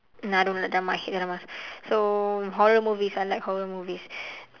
no I don't like drama I hate dramas so horror movies I like horror movies